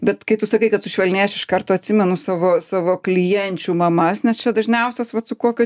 bet kai tu sakai kad sušvelnėja aš iš karto atsimenu savo savo klienčių mamas nes čia dažniausios vat su kokio